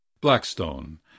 Blackstone